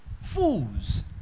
fools